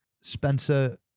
spencer